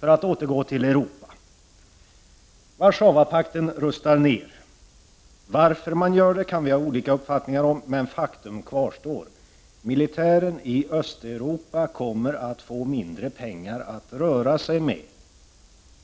Låt mig återgå till Europa. Warszawapakten rustar ner. Varför man gör det kan vi ha olika uppfattningar om, men faktum kvarstår: militären i Östeuropa kommer att få mindre pengar att röra sig med.